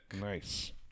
Nice